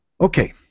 Okay